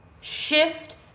Shift